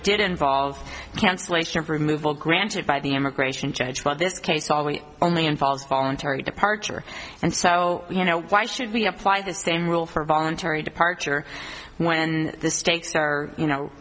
did involve cancellation of removal granted by the immigration judge but this case always only involves voluntary departure and so you know why should we apply the same rule for a voluntary departure when the stakes are you know